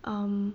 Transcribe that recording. um